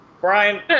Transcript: Brian